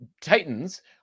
Titans